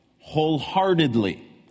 Wholeheartedly